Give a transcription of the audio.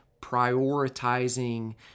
prioritizing